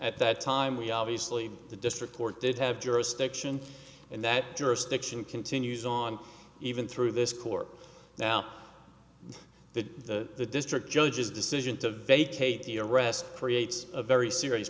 at that time we obviously the district court did have jurisdiction and that jurisdiction continues on even through this court now that the district judge's decision to vacate the arrest creates a very serious